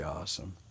awesome